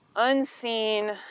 unseen